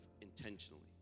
intentionally